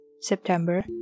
September